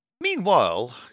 Meanwhile